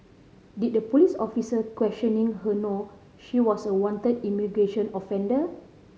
did the police officer questioning her know she was a wanted immigration offender